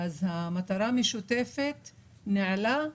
המטרה המשותפת נעלה,